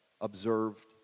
observed